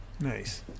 Nice